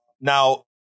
Now